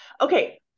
Okay